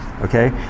okay